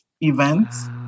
events